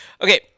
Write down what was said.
Okay